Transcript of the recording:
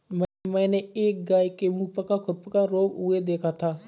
मैंने एक गाय के मुहपका खुरपका रोग हुए देखा था